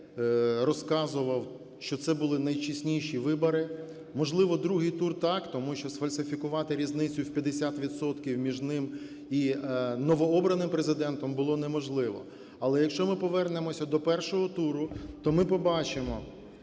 розказував, що це були найчесніші вибори. Можливо, другий тур так, тому що сфальсифікувати різницю в 50 відсотків між ним і новообраним Президентом було неможливо. Але, якщо ми повернемося до першого туру, то ми побачимо